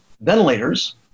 ventilators